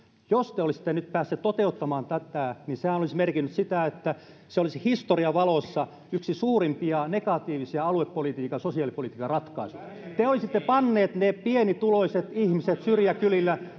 jos te olisitte nyt päässeet toteuttamaan tätä niin sehän olisi merkinnyt sitä että se olisi historian valossa yksi suurimpia negatiivisia aluepolitiikan sosiaalipolitiikan ratkaisuja te olisitte panneet ne pienituloiset ihmiset syrjäkylillä